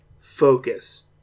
focus